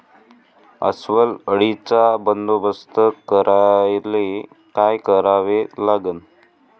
अस्वल अळीचा बंदोबस्त करायले काय करावे लागन?